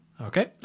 Okay